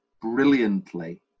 brilliantly